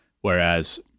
whereas